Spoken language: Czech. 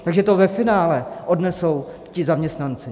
Takže to ve finále odnesou ti zaměstnanci.